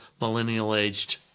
millennial-aged